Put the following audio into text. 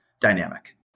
dynamic